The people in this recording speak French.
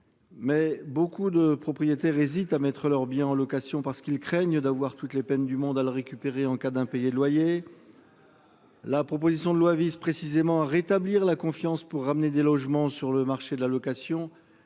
Mais beaucoup de propriétaires hésitent à mettre leurs biens en location parce qu'ils craignent d'avoir toutes les peines du monde à le récupérer en cas d'impayés de loyers. La proposition de loi vise précisément à rétablir la confiance pour ramener des logements sur le marché de la location